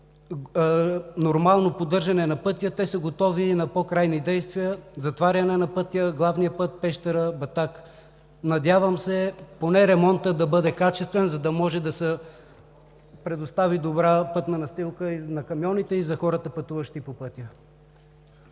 нормално поддържане на пътя, те са готови и на по-крайни действия – затваряне на главния път Пещера – Батак. Надявам се поне ремонтът да бъде качествен, за да може да се предостави добра пътна настилка и за камионите, и за хората, пътуващи по пътя.